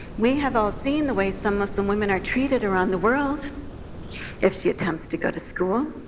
we have all seen the way some muslim women are treated around the world if she attempts to go to school,